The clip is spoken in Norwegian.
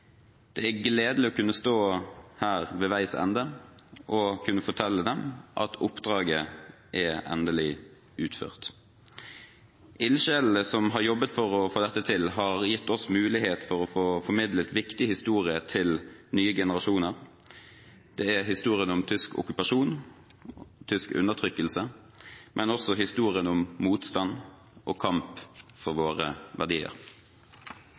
Det er gledelig å kunne stå her, ved veis ende, og kunne fortelle at oppdraget endelig er utført. Ildsjelene som har jobbet for å få dette til, har gitt oss mulighet til å få formidlet viktig historie til nye generasjoner. Det er historien om tysk okkupasjon, tysk undertrykkelse, men også historien om motstand og kamp for våre verdier.